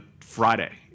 Friday